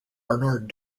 bernard